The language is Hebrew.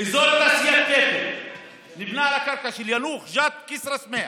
אזור התעשייה תפן נבנה על הקרקע של יאנוח-ג'ת וכסרא-סמיע.